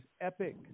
epic